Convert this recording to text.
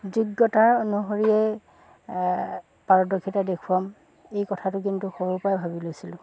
যোগ্যতা অনুসৰিয়ে পাৰদৰ্শিতা দেখুৱাম এই কথাটো কিন্তু সৰুৰপৰাই ভাবি লৈছিলোঁ